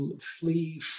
flee